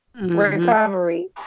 recovery